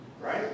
Right